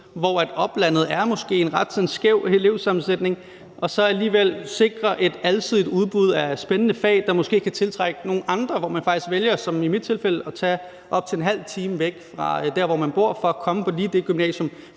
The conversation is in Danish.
i oplandet er en ret skæv elevsammensætning, alligevel kan sikre et alsidigt udbud af spændende fag, der måske kan tiltrække nogle andre, som faktisk vælger – som i mit tilfælde – at tage op til en halv time væk fra der, hvor man bor, for at komme på lige præcis det gymnasium,